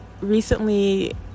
recently